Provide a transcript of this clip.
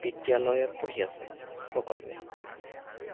বিদ্যালয়ত পঢ়ি আছে সকলোৱে